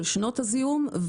של שנות הזיהום,